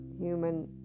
human